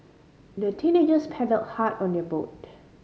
the teenagers paddled hard on their boat